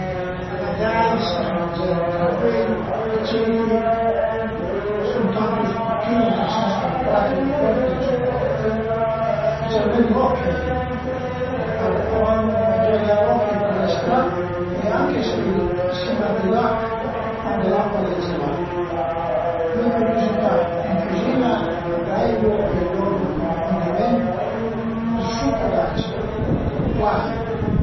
Ën vantagi a pöl esi che se të scrive dë liber, se faze coze che tüti a vëdu, magari ti riese anche a fete dë sold e i zvantage però che cuandi divente trop famus pöi dopu a i ariva tüti i giurnalista, la televiziun, tüti a völu senti lon che pense, lon che dize e cuindi a la fin las pa pi 'na vita tua